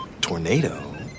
tornado